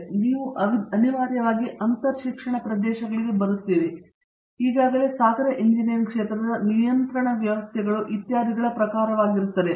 ಆದ್ದರಿಂದ ನೀವು ಅನಿವಾರ್ಯವಾಗಿ ಅಂತರಶಿಕ್ಷಣ ಪ್ರದೇಶಗಳಿಗೆ ಬರುತ್ತೀರಿ ಈಗಾಗಲೇ ಸಾಗರ ಇಂಜಿನಿಯರಿಂಗ್ ಕ್ಷೇತ್ರದ ನಿಯಂತ್ರಣ ವ್ಯವಸ್ಥೆಗಳು ಇತ್ಯಾದಿಗಳ ಪ್ರಕಾರವಾಗಿರುತ್ತವೆ